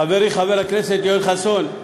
חברי חבר הכנסת יואל חסון,